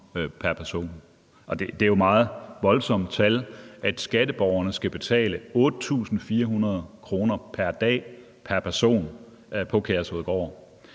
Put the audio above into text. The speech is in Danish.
Det er jo meget voldsomme tal, altså at skatteborgerne skal betale 8.400 kr. pr. dag pr. person på Kærshovedgård.